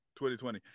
2020